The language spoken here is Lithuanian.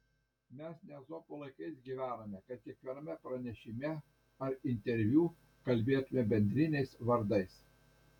mes ne ezopo laikais gyvename kad kiekviename pranešime ar interviu kalbėtume bendriniais vardais